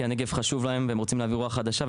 כי הנגב חשוב להם והם רוצים להביא רוח חדשה,